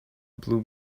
blue